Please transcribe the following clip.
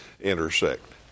intersect